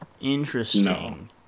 Interesting